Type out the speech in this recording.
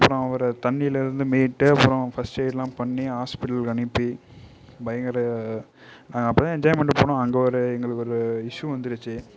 அப்புறோம் ஒரு தண்ணியில் இருந்து மீட்டு அப்புறோம் ஃபஸ்ர்ட் எய்டுலாம் பண்ணி ஹாஸ்ப்பிட்டல் அனுப்பி பயங்கர நாங்கள் அப்போ தான் என்ஜாய் பண்ணிகிட்டு போனோம் அங்கே ஒரு எங்களுக்கு ஒரு இஷ்யூ வந்துருச்சு